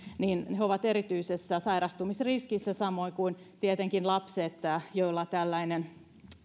he ovat erityisessä sairastumisriskissä samoin kuin tietenkin lapsia joilla tällainen